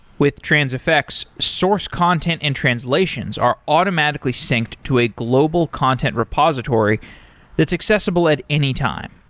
with transifex, source content and translations are automatically synced to a global content repository that's accessible at any time.